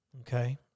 okay